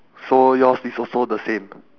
so yours is also the same